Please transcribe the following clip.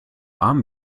arm